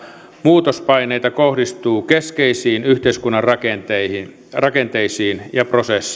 muutospaineita kohdistuu keskeisiin yhteiskunnan rakenteisiin ja prosesseihin